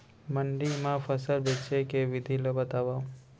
मंडी मा फसल बेचे के विधि ला बतावव?